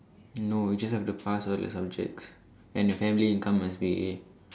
no you just have to pass all your subjects and your family income must be